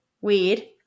Weed